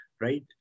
right